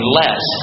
less